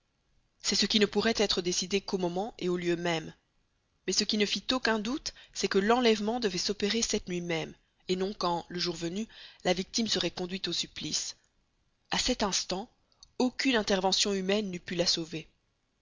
c'est ce qui ne pourrait être décidé qu'au moment et au lieu mêmes mais ce qui ne fit aucun doute c'est que l'enlèvement devait s'opérer cette nuit même et non quand le jour venu la victime serait conduite au supplice a cet instant aucune intervention humaine n'eût pu la sauver